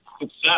success